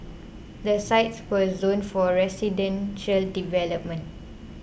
the sites were zoned for residential development